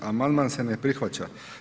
Amandman se ne prihvaća.